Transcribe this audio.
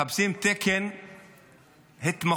מחפשים תקן התמחות,